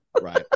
right